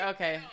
Okay